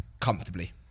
Comfortably